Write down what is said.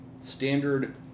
standard